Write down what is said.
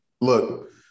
Look